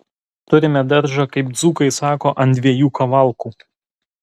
turime daržą kaip dzūkai sako ant dviejų kavalkų